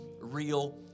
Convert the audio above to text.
real